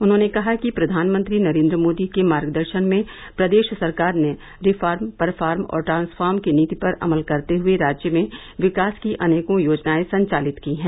उन्होंने कहा कि प्रधानमंत्री नरेन्द्र मोदी के मार्गदर्शन में प्रदेश सरकार ने रिफॉर्म परफॉर्म और ट्रांसफार्म की नीति पर अमल करते हुये राज्य में विकास की अनेकों योजनाएं संचालित की हैं